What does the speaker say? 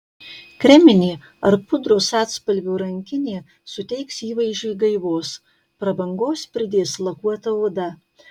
kreminė ar pudros atspalvio rankinė suteiks įvaizdžiui gaivos prabangos pridės lakuota oda